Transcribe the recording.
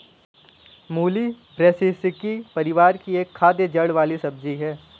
मूली ब्रैसिसेकी परिवार की एक खाद्य जड़ वाली सब्जी है